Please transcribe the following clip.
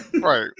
Right